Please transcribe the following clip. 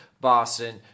Boston